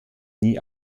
nie